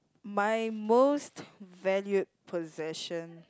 my most valued possession